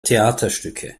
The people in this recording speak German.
theaterstücke